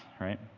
right